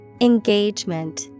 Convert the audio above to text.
Engagement